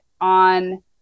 on